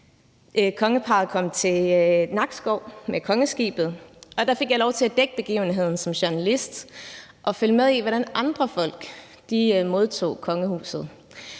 Regentparret kom til Nakskov med kongeskibet, og der fik jeg lov til at dække begivenheden som journalist og følge med i, hvordan andre folk modtog kongehuset.